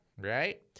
right